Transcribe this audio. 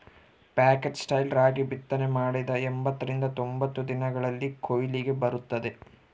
foxtail ರಾಗಿ ಬಿತ್ತನೆ ಮಾಡಿದ ಎಂಬತ್ತರಿಂದ ತೊಂಬತ್ತು ದಿನಗಳಲ್ಲಿ ಕೊಯ್ಲಿಗೆ ಬರುತ್ತದೆ